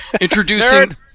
introducing